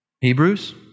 Hebrews